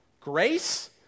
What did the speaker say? Grace